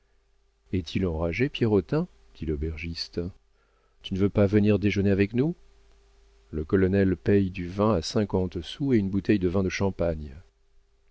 est-il enragé pierrotin dit l'aubergiste tu ne veux pas venir déjeuner avec nous le colonel paie du vin à cinquante sous et une bouteille de vin de champagne